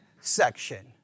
section